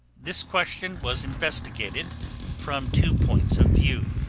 this question was investigated from two points of view.